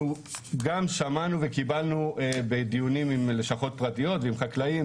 אנחנו גם שמענו וקיבלנו בדיונים עם לשכות פרטיות ועם חקלאים,